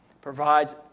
Provides